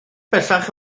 bellach